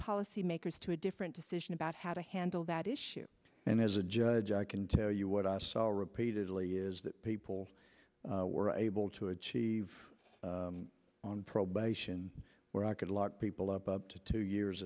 policymakers to a different decision about how to handle that issue and as a judge i can tell you what i saw repeatedly is that people were able to achieve probation where i could lock people up to two years